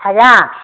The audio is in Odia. ଆଜ୍ଞା